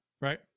right